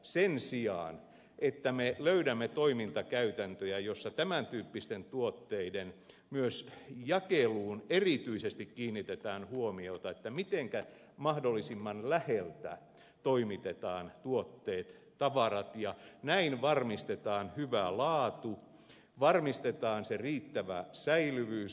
sen sijaan että jakelutiessä löydämme toimintakäytäntöjä joissa tämän tyyppisten tuotteiden myös jakeluun erityisesti kiinnitetään huomiota mitenkä mahdollisimman läheltä toimitetaan tuotteet tavarat ja näin varmistetaan hyvä laatu varmistetaan se riittävä säilyvyys